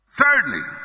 thirdly